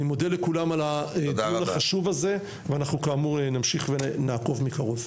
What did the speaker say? אני מודה לכולם על הדיון החשוב הזה ואנחנו כאמור נמשיך ונעקוב מקרוב.